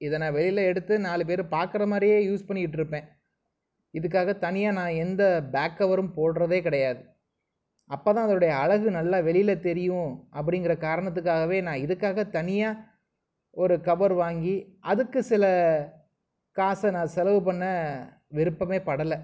இதை நான் வெளியில் எடுத்து நாலு பேர் பார்க்குற மாதிரியே யூஸ் பண்ணிகிட்டுருப்பே இதுக்காக தனியாக நான் எந்த பேக் கவரும் போட்டுறதே கிடயாது அப்போ தான் அதனுடைய அழகு நல்லா வெளியில் தெரியும் அப்படிங்கிற காரணத்துக்காகவே நான் இதுக்காக தனியாக ஒரு கவர் வாங்கி அதுக்கு சில காசை நான் செலவு பண்ண விருப்பமே படலை